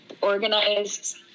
organized